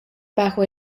bajo